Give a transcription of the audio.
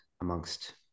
amongst